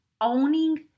owning